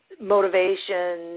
motivation